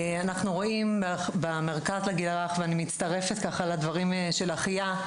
אני מצטרפת לדברים של אחיה,